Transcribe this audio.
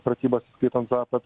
pratybas įskaitant zapad